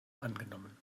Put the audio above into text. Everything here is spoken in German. angenommen